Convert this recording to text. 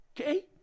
Okay